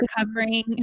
recovering